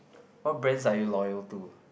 what brands are you loyal to